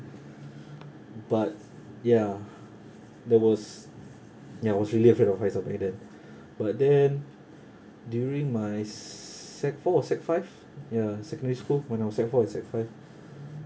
but ya there was ya I was really afraid of heights back then but then during my s~ sec four sec five ya secondary school when I was sec four or sec five